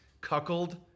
cuckold